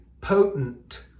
potent